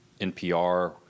NPR